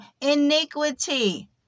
iniquity